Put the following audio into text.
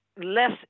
less